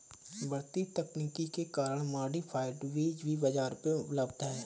बढ़ती तकनीक के कारण मॉडिफाइड बीज भी बाजार में उपलब्ध है